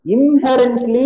Inherently